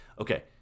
Okay